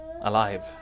alive